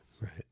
Right